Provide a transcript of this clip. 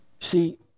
See